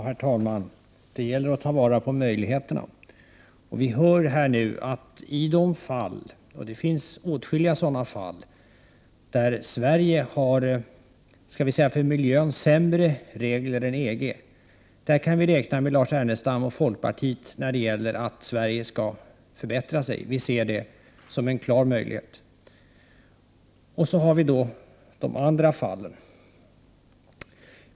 Herr talman! Det gäller att ta vara på möjligheterna. Vi hör nu att i de fall — och det finns åtskilliga sådana fall — där Sverige har för miljön sämre regler än EG, kan vi räkna med Lars Ernestam och folkpartiet när det gäller strävandena att vi i Sverige skall förbättra oss. Vi ser det som en klar möjlighet. Så har vi då de andra fallen.